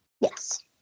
Yes